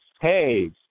hey